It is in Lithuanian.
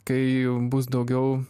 kai bus daugiau